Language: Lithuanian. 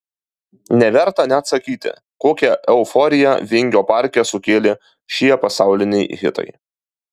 neverta net sakyti kokią euforiją vingio parke sukėlė šie pasauliniai hitai